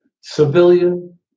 civilian